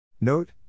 Note